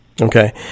Okay